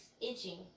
itching